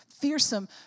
fearsome